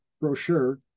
brochure